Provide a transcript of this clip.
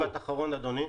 משפט אחרון, אדוני.